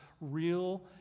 real